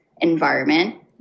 environment